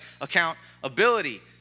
accountability